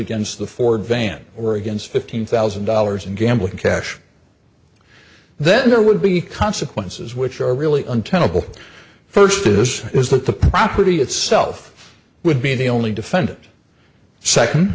against the ford van or against fifteen thousand dollars in gambling cash then there would be consequences which are really untenable first this is what the property itself would be the only defendant second